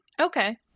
Okay